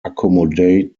accommodate